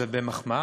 זה במחמאה.